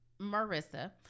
marissa